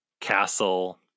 castle